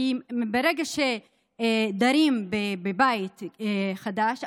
כי ברגע שדרים בבית חדש,